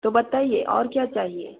तो बताइए और क्या चाहिए